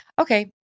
Okay